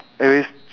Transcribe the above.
and it's